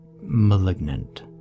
malignant